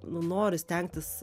nu norisi stengtis